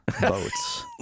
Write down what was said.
boats